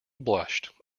blushed